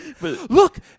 Look